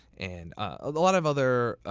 and a lot of other.